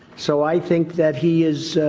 so i think that he is